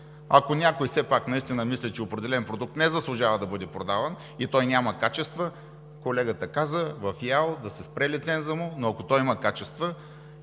Ако някой все пак наистина мисли, че определен продукт не заслужава да бъде продаван и той няма качества, колегата каза – в ИАЛ да се спре лицензът му, но ако той има качества…